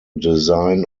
design